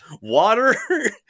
Water